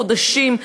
חודשים.